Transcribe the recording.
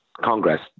Congress